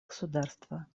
государства